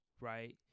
right